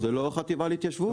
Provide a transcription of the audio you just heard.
זה לא החטיבה להתיישבות.